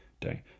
day